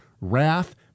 wrath